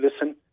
listen